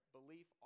Belief